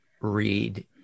read